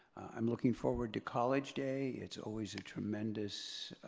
i'm looking forward to college day. it's always a tremendous,